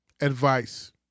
Advice